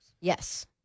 Yes